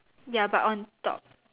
ya but on top